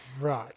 right